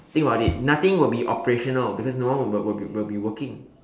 think about it nothing will be operational because no one will will be will be working